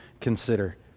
consider